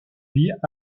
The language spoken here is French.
vit